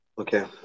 Okay